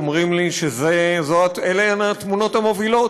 אומרים לי שאלה התמונות המובילות,